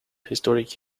historic